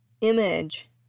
image